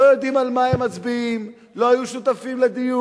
לא יודעים על מה הם מצביעים, לא היו שותפים לדיון.